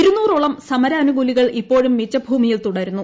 ഇരുന്നൂറോളം സമരാനുകൂലികൾ ഇപ്പോഴും മിച്ചഭൂമിയിൽ തുടരുന്നു